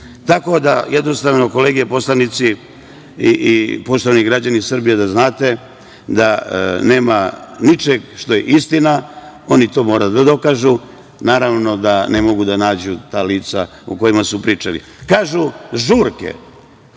sekunda ide puta 10.Kolege poslanici i poštovani građani Srbije, da znate da nema ničeg što je istina u ovome. Oni to moraju da dokažu. Naravno da ne mogu da nađu ta lica o kojima su pričali. Kažu – žurke.